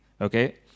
okay